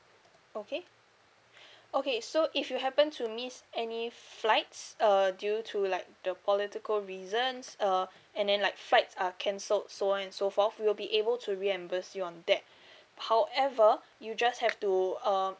okay okay so if you happen to miss any flights uh due to like the political reasons uh and then like flights are cancelled so on and so forth we'll be able to reimburse you on that however you just have to uh